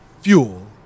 fuel